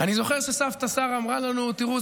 אני זוכר שסבתא שרה אמרה לנו: תראו,